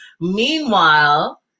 Meanwhile